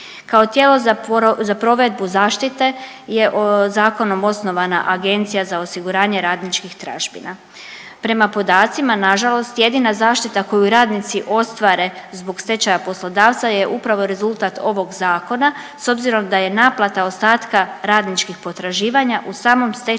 Kao tijelo za provedbu zaštite je zakonom osnovana Agencija za osiguranje radničkih tražbina. Prema podacima nažalost jedina zaštita koju radnici ostvare zbog stečaja poslodavca je upravo rezultat ovog zakona s obzirom da je naplata ostatka radničkih potraživanja u samom stečajnom